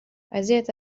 aiziet